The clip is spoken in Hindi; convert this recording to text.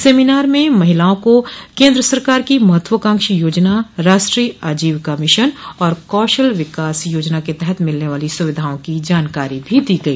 सेमिनार में महिलाओं को केन्द्र सरकार की महत्वाकांक्षी योजना राष्ट्रीय आजीविका मिशन और कौशल विकास योजना के तहत मिलने वाली सुविधाओं की जानकारी भी दी गई